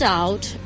out